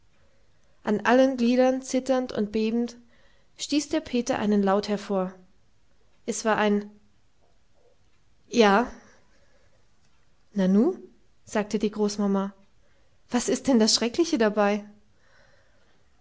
an allen gliedern zitternd und bebend stieß der peter einen laut hervor es war ein ja nanu sagte die großmama was ist denn das schreckliche dabei